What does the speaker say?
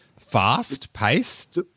fast-paced